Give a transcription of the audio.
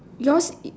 yours